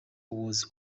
was